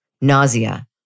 nausea